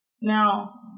Now